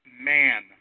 man